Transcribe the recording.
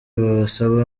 babasaba